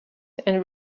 and